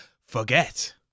Forget